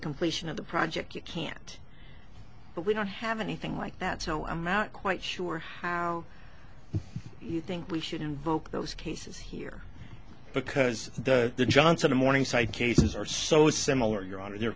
completion of the project you can't but we don't have anything like that so i'm not quite sure how you think we should invoke those cases here because the johnson and morningside cases are so similar you're i mean there are